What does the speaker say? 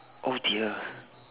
oh dear